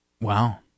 Wow